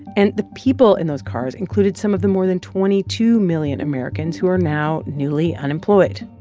and the people in those cars included some of the more than twenty two million americans who are now newly unemployed,